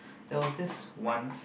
there was this once